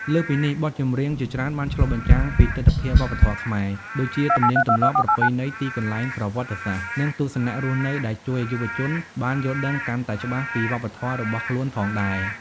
លើសពីនេះ បទចម្រៀងជាច្រើនបានឆ្លុះបញ្ចាំងពីទិដ្ឋភាពវប្បធម៌ខ្មែរ ដូចជាទំនៀមទម្លាប់ ប្រពៃណី ទីកន្លែងប្រវត្តិសាស្ត្រ និងទស្សនៈរស់នៅ ដែលជួយឲ្យយុវជនបានយល់ដឹងកាន់តែច្បាស់ពីវប្បធម៌របស់ខ្លួនផងដែរ ។